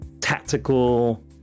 tactical